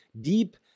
deep